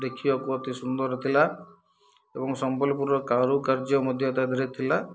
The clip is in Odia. ଦେଖିବାକୁ ଅତି ସୁନ୍ଦର ଥିଲା ଏବଂ ସମ୍ବଲପୁରର କାରୁକାର୍ଯ୍ୟ ମଧ୍ୟ ତା' ଦେହରେ ଥିଲା